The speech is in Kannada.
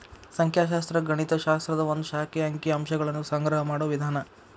ಸಂಖ್ಯಾಶಾಸ್ತ್ರ ಗಣಿತ ಶಾಸ್ತ್ರದ ಒಂದ್ ಶಾಖೆ ಅಂಕಿ ಅಂಶಗಳನ್ನ ಸಂಗ್ರಹ ಮಾಡೋ ವಿಧಾನ